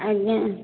ଆଜ୍ଞା